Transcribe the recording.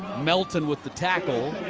melton with the tackle.